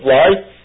life